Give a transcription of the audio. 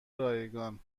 رایگان